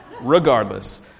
Regardless